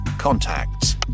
Contacts